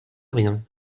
rien